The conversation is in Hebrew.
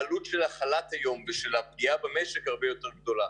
העלות של החל"ת היום ושל הפגיעה במשק הרבה יותר גדולה.